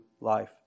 life